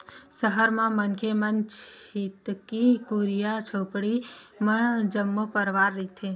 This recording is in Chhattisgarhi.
सहर म मनखे मन छितकी कुरिया झोपड़ी म जम्मो परवार रहिथे